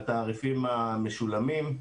בתעריפים המשולמים.